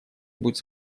будет